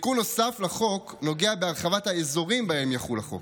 תיקון נוסף לחוק נוגע בהרחבת האזורים שבהם יחול החוק.